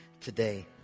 today